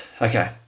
Okay